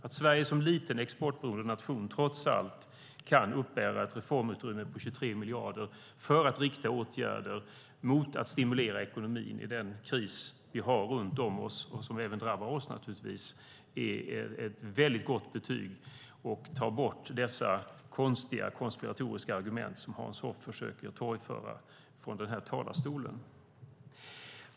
Att Sverige som liten exportberoende nation trots allt kan uppbära ett reformutrymme på 23 miljarder för att rikta åtgärder för att stimulera ekonomin i den kris vi har runt om oss och som även drabbar oss naturligtvis är ett väldigt gott betyg och tar bort dessa konstiga, konspiratoriska argument som Hans Hoff försöker torgföra från den här talarstolen.